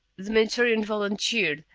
the mentorian volunteered,